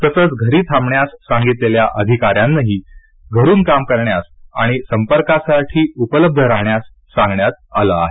तसंच घरी थांबण्यास सांगितलेल्या अधिकाऱ्यांनाही घरून काम करण्यास आणि संपर्कासाठी उपलब्ध राहण्यास सांगण्यात आल आहे